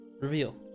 reveal